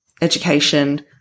education